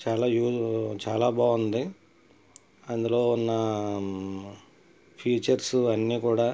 చాలా యూజ్ చాలా బాగుంది అందులో ఉన్న ఫీచర్స్ అన్నీ కూడా